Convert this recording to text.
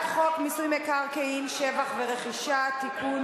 חוק מיסוי מקרקעין (שבח ורכישה) (תיקון,